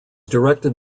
directed